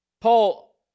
Paul